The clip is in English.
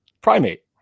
primate